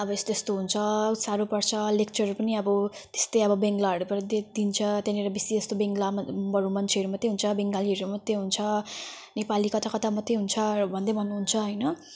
अब यस्तो यस्तो हुन्छ सारो पर्छ लेक्चरहरू पनि अब त्यस्तै अब बङ्लाहरूबाट दे दिन्छ त्यहाँनिर बेसी जस्तो बङ्ला मान्छेहरू मात्रै हुन्छ बङ्गालीहरू मात्रै हुन्छ नेपाली कता कता मात्रै हुन्छ र भन्दै भन्नुहुन्छ हैन